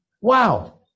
Wow